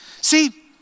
See